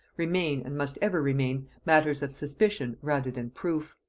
remain, and must ever remain, matters of suspicion rather than proof.